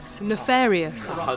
Nefarious